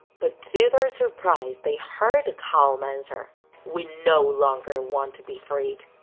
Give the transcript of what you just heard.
but, to their surprise, they heard a calm answer we no longer want to be freed.